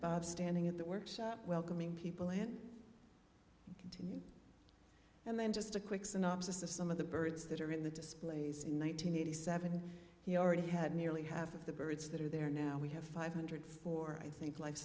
bob standing at the workshop welcoming people and continue and then just a quick synopsis of some of the birds that are in the displays in one thousand nine hundred seventy he already had nearly half of the birds that are there now we have five hundred four i think life